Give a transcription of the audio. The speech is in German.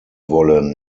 wollen